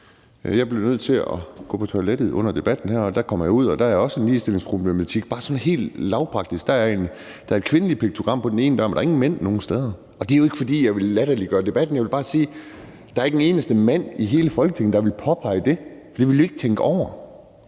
Jeg blev nødt til at gå på toilettet under debatten her, og da jeg kom derud, var der er også en ligestillingsproblematik, som bare er sådan helt lavpraktisk. Der er et kvindeligt piktogram på den ene dør, men der er ingen mænd nogen steder, og det er jo ikke, fordi jeg vil latterliggøre debatten. Men jeg vil bare sige, at der ikke er en eneste mand i hele Folketinget, der ville påpege det. For vi ville ikke tænke over